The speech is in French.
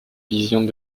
visions